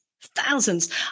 thousands